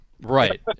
right